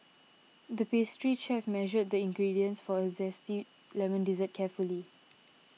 the pastry chef measured the ingredients for a Zesty Lemon Dessert carefully